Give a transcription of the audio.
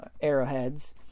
arrowheads